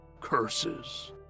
curses